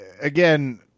again